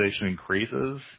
increases